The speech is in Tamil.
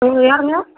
நீங்கள் யாருங்க